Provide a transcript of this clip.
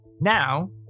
Now